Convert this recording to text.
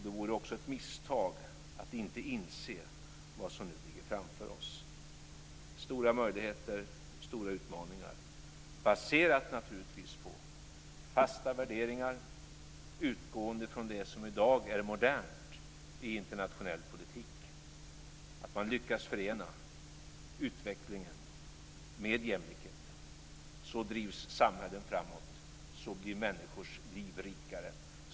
Det vore också ett misstag att inte inse vad som nu ligger framför oss - stora möjligheter och stora utmaningar, naturligtvis baserat på fasta värderingar utgående från det som i dag är modernt i internationell politik: att man lyckas förena utvecklingen med jämlikheten. Så drivs samhällen framåt. Så blir människors liv rikare.